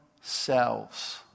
selves